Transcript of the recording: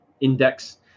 index